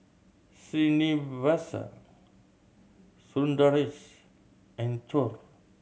Srinivasa Sundaresh and Choor